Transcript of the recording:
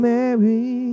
Mary